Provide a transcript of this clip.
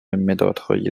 مدادهای